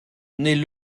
naît